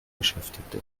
beschäftigt